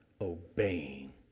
obeying